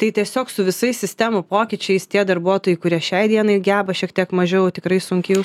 tai tiesiog su visais sistemų pokyčiais tie darbuotojai kurie šiai dienai geba šiek tiek mažiau tikrai sunkiau